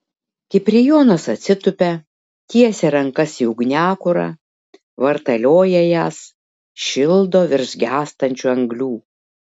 kiprijonas atsitupia tiesia rankas į ugniakurą vartalioja jas šildo virš gęstančių anglių